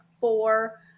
four